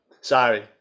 Sorry